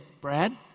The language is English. Brad